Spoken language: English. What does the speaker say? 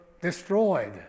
destroyed